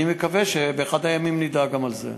אני מקווה שבאחד הימים נדע גם על זה.